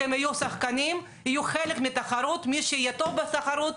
יש חלקים מקובלים שנהוגים לגבי הכשרת מפקחים בדרך כלל,